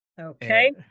Okay